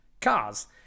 cars